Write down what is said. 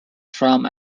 from